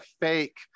fake